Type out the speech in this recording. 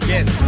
Yes